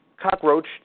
Cockroach